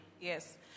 Yes